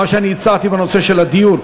מה שאני הצעתי בנושא של הדיור.